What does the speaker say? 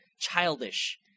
childish